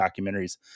documentaries